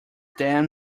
dam